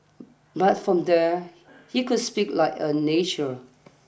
but from there he could speak like a nature